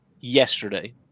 yesterday